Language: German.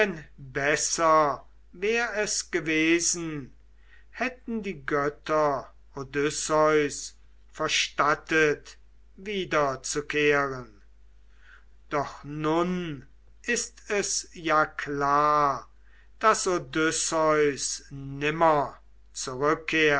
besser wär es gewesen hätten die götter odysseus verstattet wiederzukehren doch nun ist es ja klar daß odysseus nimmer